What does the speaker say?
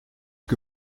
que